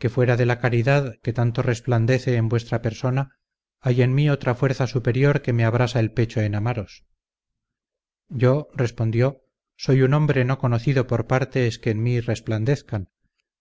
que fuera de la caridad que tanto resplandece en vuestra persona hay en mí otra fuerza superior que me abrasa el pecho en amaros yo respondió soy un hombre no conocido por partes que en mí resplandezcan